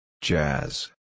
Jazz